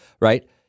right